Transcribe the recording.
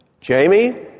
Jamie